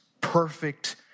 perfect